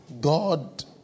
God